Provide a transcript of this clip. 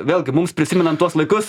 vėlgi mums prisimenant tuos laikus